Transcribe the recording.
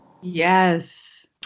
Yes